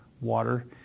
water